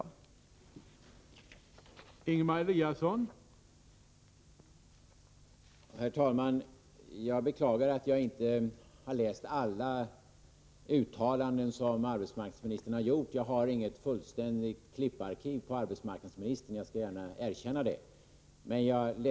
Om arbetsförmed